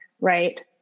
right